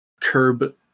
curb